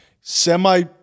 semi